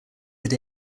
hit